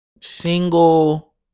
single